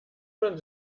man